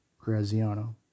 Graziano